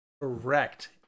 Correct